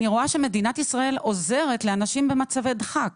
אני רואה שמדינת ישראל עוזרת לאנשים במצבי דחק.